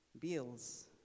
bills